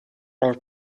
our